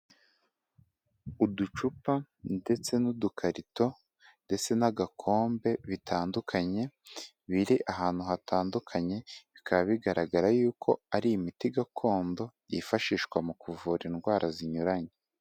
Uducupa ndetse n'udukarito, ndetse n'agakombe bitandukanye, biri ahantu hatandukanye, bikaba bigaragara y'uko ari imiti gakondo, yifashishwa mu kuvura indwara zinyuranye.